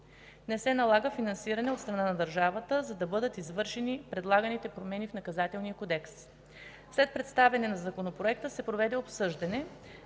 Не се налага финансиране от страна на държавата, за да бъдат извършени предлаганите промени в Наказателния кодекс. След представяне на Законопроекта се проведе обсъждане.